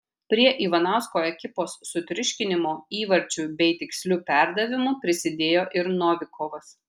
prie ivanausko ekipos sutriuškinimo įvarčiu bei tiksliu perdavimu prisidėjo ir novikovas